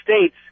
states